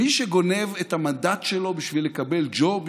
מי שגונב את המנדט שלו בשביל לקבל ג'וב,